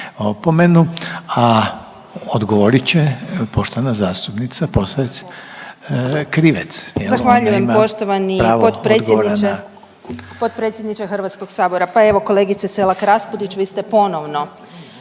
Krivec, Ivana (Socijaldemokrati)** Zahvaljujem poštovani potpredsjedniče Hrvatskog sabora. Pa evo kolegice Selak Raspudić vi ste ponovno